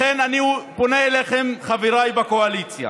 לכן, אני פונה אליכם, חבריי בקואליציה: